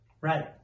Right